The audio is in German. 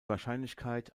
wahrscheinlichkeit